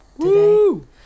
today